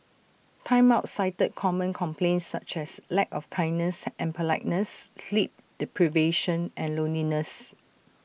Time Out cited common complaints such as lack of kindness and politeness sleep deprivation and loneliness